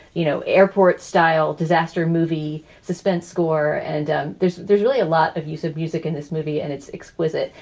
you know, airport style disaster movie, suspense score. and ah there's there's really a lot of use of music in this movie, and it's exquisite.